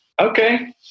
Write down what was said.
okay